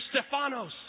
Stephanos